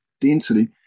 density